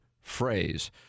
phrase